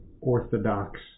orthodox